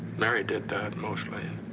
mary did that mostly.